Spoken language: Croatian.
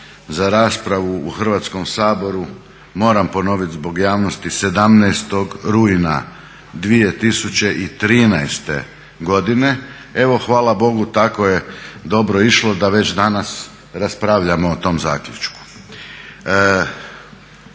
za raspravu u Hrvatskom saboru moram ponoviti zbog javnosti 17. rujna 2013. godine. Evo hvala Bogu tako je dobro išlo da već danas raspravljamo o tom zaključku.